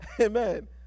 amen